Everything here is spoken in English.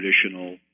traditional